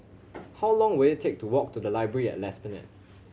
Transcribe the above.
how long will it take to walk to the Library at Esplanade